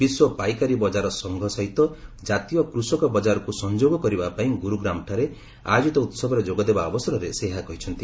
ବିଶ୍ୱ ପାଇକାରୀ ବଜାର ସଂଘ ରହିତ ଜାତୀୟ କୃଷକ ବଜାରକୁ ସଂଯୋଗ କରିବା ପାଇଁ ଗୁରୁଗ୍ରାମଠାରେ ଆୟୋଜିତ ଉତ୍ସବରେ ଯୋଗ ଦେବା ଅବସରରେ ସେ ଏହା କହିଛନ୍ତି